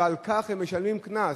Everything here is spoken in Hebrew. ועל כך הם משלמים קנס.